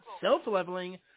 self-leveling